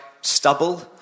stubble